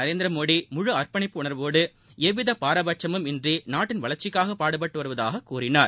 நரேந்திரமோடி முழு அா்ப்பணிப்பு உணா்வோடு எவ்வித பாரபட்சமுமின்றி நாட்டின் வளர்ச்சிக்காக பாடுபட்டு வருவதாக கூறினார்